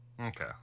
Okay